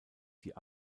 die